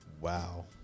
Wow